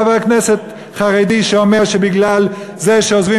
חבר כנסת חרדי שאומר שבגלל זה שעוזבים